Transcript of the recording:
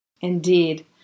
Indeed